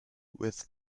with